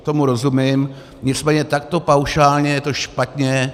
Tomu rozumím, nicméně takto paušálně je to špatně.